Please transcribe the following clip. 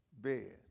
bed